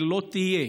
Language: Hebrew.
היא לא תהיה.